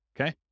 Okay